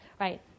right